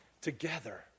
together